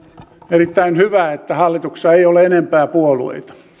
erittäin hyvä että hallituksessa ei ole enempää puolueita